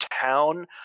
town